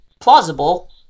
plausible